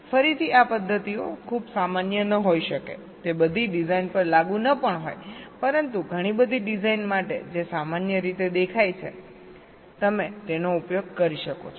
ફરીથી આ પદ્ધતિઓ ખૂબ સામાન્ય ન હોઈ શકે તે બધી ડિઝાઇન પર લાગુ ન પણ હોય પરંતુ ઘણી બધી ડિઝાઇન માટે જે સામાન્ય રીતે દેખાય છે તમે તેનો ઉપયોગ કરી શકો છો